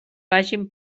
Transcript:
vagin